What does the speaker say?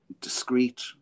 discreet